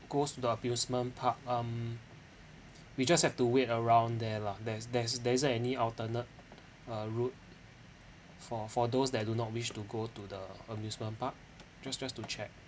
goes to the amusement park um we just have to wait around there lah there's there's there isn't any alternate uh route for for those that do not wish to go to the amusement park just just to check